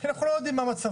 כי אנחנו לא יודעים מה מצבם.